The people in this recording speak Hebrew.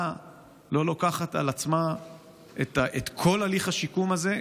לא לוקחת על עצמה את כל הליך השיקום הזה,